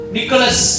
Nicholas